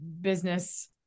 business